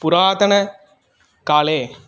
पुरातनकाले